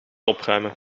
opruimen